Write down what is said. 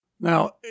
now